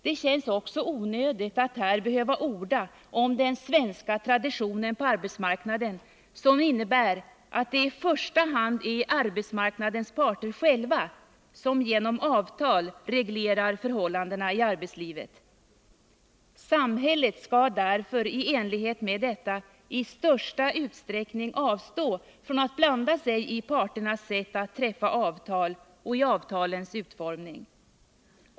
Det känns också onödigt att här behöva orda om den svenska traditionen på arbetsmarknaden, som innebär att det i första hand är arbetsmarknadens 159 parter som själva genom avtal reglerar förhållandena i arbetslivet. Samhället skall därför i enlighet med detta i största möjliga utsträckning avstå från att blanda sig i parternas sätt att träffa avtal och i avtalens utformning.